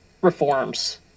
reforms